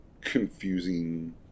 confusing